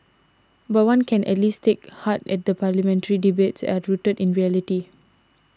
but one can at least take heart at the parliamentary debates are rooted in reality